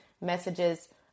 messages